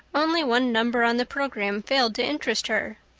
only one number on the program failed to interest her.